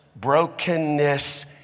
brokenness